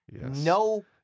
No